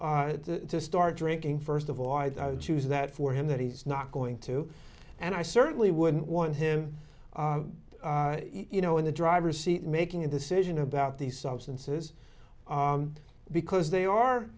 choose to start drinking first of all i'd choose that for him that he's not going to and i certainly wouldn't want him you know in the driver's seat making a decision about these substances because they are